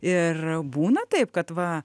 ir būna taip kad va